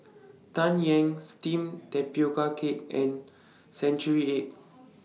Tang Yuen Steamed Tapioca Cake and Century Egg